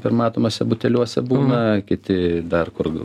permatomuose buteliuose būna kiti dar kur